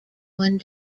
one